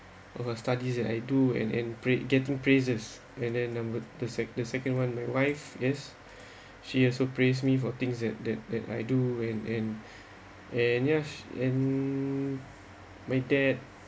uh studies that I do and and praise getting praises and then numbered the sec~ second one my wife she has also praise me for things that that that I do when and and yes um make that